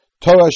Torah